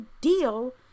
deal